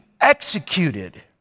executed